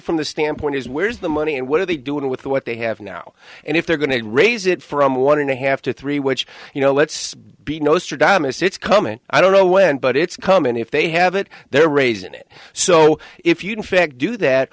from the standpoint is where is the money and what are they doing with what they have now and if they're going to raise it from one and a half to three which you know let's be no straight on this it's coming i don't know when but it's come and if they have it they're raising it so if you do